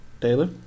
Taylor